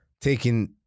Taking